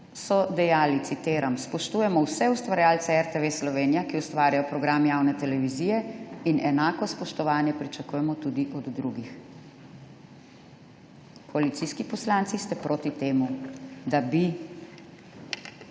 so dejali, citiram: »Spoštujemo vse ustvarjalce RTV Slovenija, ki ustvarjajo program javne televizije, in enako spoštovanje pričakujemo tudi od drugih.« Koalicijski poslanci ste proti temu, da bi